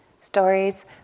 Stories